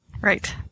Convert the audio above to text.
Right